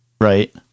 right